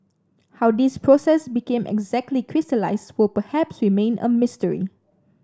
how this process became exactly crystallised will perhaps remain a mystery